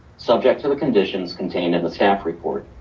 subject to the conditions contained in the staff report.